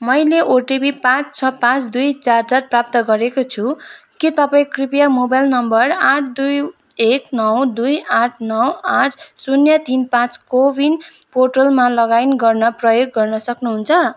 मैले ओटिपी पाँच छ पाँच दुई चार चार प्राप्त गरेको छु के तपाईँँ कृपया मोबाइल नम्बर आठ दुई एक नौ दुई आठ नौ आठ शून्य तिन पाँच कोविन पोर्टलमा लगइन गर्न प्रयोग गर्न सक्नुहुन्छ